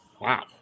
wow